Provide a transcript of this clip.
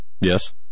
Yes